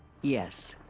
yes.